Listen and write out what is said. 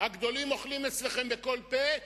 הגדולים אוכלים אצלכם בכל פה,